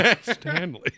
Stanley